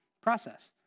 process